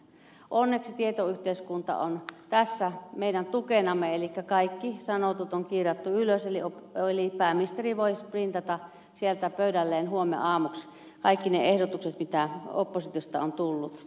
onneksi tietoyhteiskunta on tässä meidän tukenamme eli kaikki sanottu on kirjattu ylös eli pääministeri voi printata sieltä pöydälleen huomenaamuksi kaikki ne ehdotukset joita oppositiosta on tullut